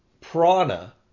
prana